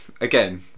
Again